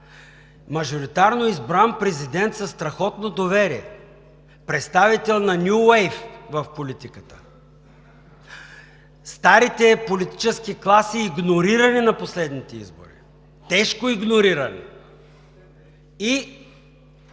мажоритарно избран президент със страхотно доверие, представител на ню уейв в политиката, старите политически класи, игнорирани на последните избори, тежко игнорирани, и